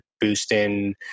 boosting